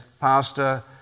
Pastor